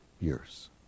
years